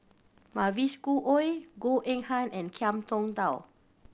Mavis Khoo Oei Goh Eng Han and Ngiam Tong Dow